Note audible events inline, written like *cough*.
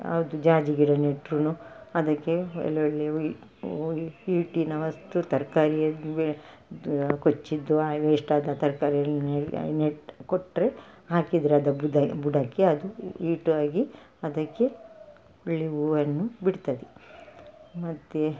ಅದು ಜಾಜಿ ಗಿಡ ನೆಟ್ಟರೂನು ಅದಕ್ಕೆ ಒಳ್ಳೊಳ್ಳೆ ಹಿಟ್ಟಿನ ವಸ್ತು ತರಕಾರಿಯ ದಾ ಕೊಚ್ಚಿದ್ದು ವೇಸ್ಟ್ ಆದ ತರಕಾರಿ *unintelligible* ನೆಟ್ಟು ಕೊಟ್ಟರೆ ಹಾಕಿದರೆ ಅದು ಬುಡಕ್ಕೆ ಅದು ಈಟಾಗಿ ಅದಕ್ಕೆ ಒಳ್ಳೆ ಹೂವನ್ನು ಬಿಡ್ತದೆ ಮತ್ತು